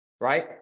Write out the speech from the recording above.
Right